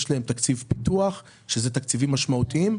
יש להן תקציב פיתוח ואלה תקציבים משמעותיים,